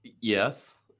yes